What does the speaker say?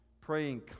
praying